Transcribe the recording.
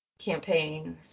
campaign